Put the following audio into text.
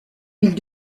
ils